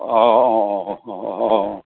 অ অ